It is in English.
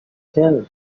tell